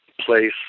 place